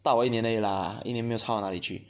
orh 大我一年而已 lah 一年没有差到哪里去